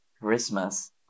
Christmas